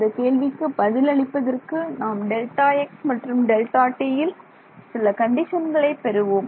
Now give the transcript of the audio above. இந்தக் கேள்விக்கு பதில் அளிப்பதற்கு நாம் டெல்டா x மற்றும் டெல்டா tல் சில கண்டிஷன்கள் ஐ பெறுவோம்